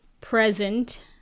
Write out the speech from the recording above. present